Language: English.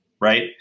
Right